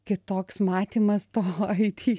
kitoks matymas to it